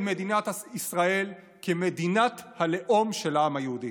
מדינת ישראל כמדינת הלאום של העם היהודי.